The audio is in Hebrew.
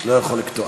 לא יכול לקטוע.